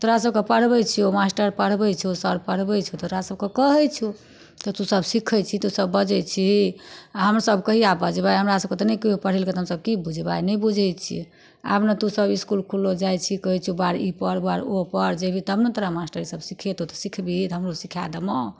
तोरा सबके पढ़बै छियौ मास्टर पढ़बै छौ सर पढ़बै छौ तोरा सबके कहै छौ तऽ तूसब सीखै छिही तूसब बजै छिही आओर हमसब कहिया बजबै हमरा सबके तऽ नहि कहियो पढ़ेलकै तऽ हमसब की बुझबै नहि बुझै छियै आब ने तूसब इसकुल कॉलेज जाइ छिही कहै छियौ बौआ रौ ई पढ़ बौआ रौ ओ पढ़ जेबही तब ने तोरा मास्टर सब सिखेतौ तऽ सिखबिही तऽ हमरो सिखा देमाँ